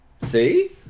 See